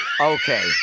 Okay